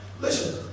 listen